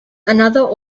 another